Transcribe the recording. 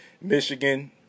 Michigan